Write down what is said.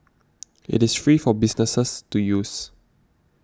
it is free for businesses to use